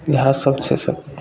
इएहसब छै सब